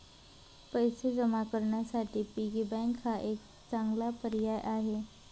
पैसे जमा करण्यासाठी पिगी बँक हा एक चांगला पर्याय आहे